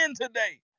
today